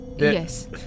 Yes